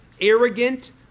arrogant